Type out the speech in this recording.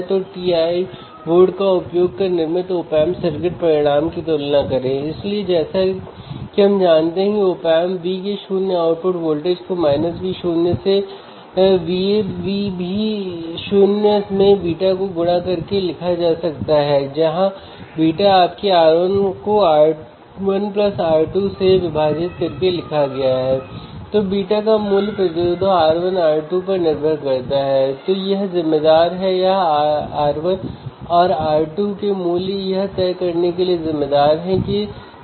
तो आइए हम यह समझें कि कैसे हम इंस्ट्रूमेंटेशन एम्पलीफायर के लाभ को समझने के लिए सर्किट का उपयोग कर सकते हैं उद्देश्य एक इंस्ट्रूमेंटेशन एम्पलीफायर के लाभ की गणना करना है यह आज के लिए हमारा उद्देश्य है